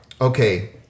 Okay